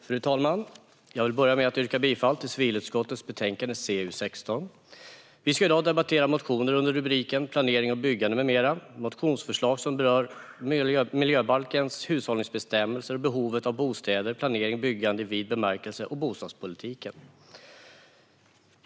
Fru talman! Jag vill börja med att yrka bifall till förslaget i civilutskottets betänkande CU16. Vi ska i dag debattera motioner som finns i betänkandet Planering och byggande m.m. Det handlar om motionsförslag som rör miljöbalkens hushållningsbestämmelser och behovet av bostäder, planering och byggande i vid bemärkelse och bostadspolitiken.